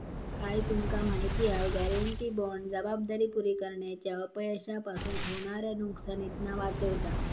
काय तुमका माहिती हा? गॅरेंटी बाँड जबाबदारी पुरी करण्याच्या अपयशापासून होणाऱ्या नुकसानीतना वाचवता